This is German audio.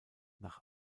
nach